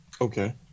Okay